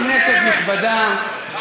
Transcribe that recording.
כנסת נכבדה,